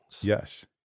Yes